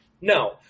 No